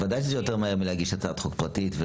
ודאי שזה יותר מהר מלהגיש הצעת חוק פרטית.